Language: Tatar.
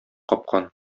капкан